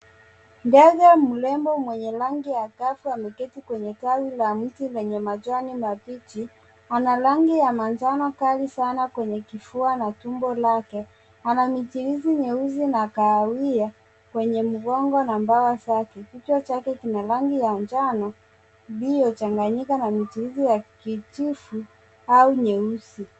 Ndege mrembo mwenye rangi angavu ameketi kwenye tawi la mti lenye majani mabichi, ana rangi ya manjano kali sana kwenye kifua na tumbo lake. Ana michirizi nyeusi na kahawia kwenye mgongo na mbawa zake. Kichwa chake kina rangi ya njano iliyochanganyika na michirizi ya kijivu au nyeusi.